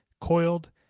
Coiled